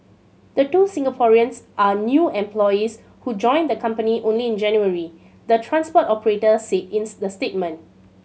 the two Singaporeans are new employees who joined the company only in January the transport operator said in the statement